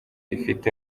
ifite